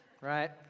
Right